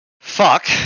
fuck